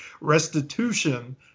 restitution